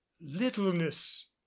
littleness